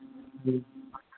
ᱦᱩᱸ